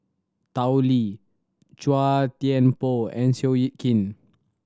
Tao Li Chua Thian Poh and Seow Yit Kin